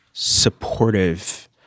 supportive